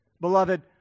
Beloved